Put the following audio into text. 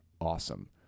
Awesome